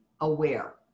aware